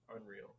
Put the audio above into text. Unreal